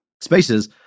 spaces